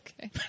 Okay